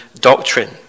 doctrine